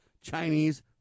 Chinese